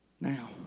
Now